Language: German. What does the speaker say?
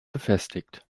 befestigt